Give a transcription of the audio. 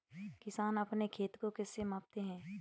किसान अपने खेत को किससे मापते हैं?